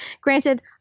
Granted